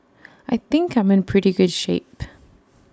I think I'm in pretty good shape